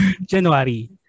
January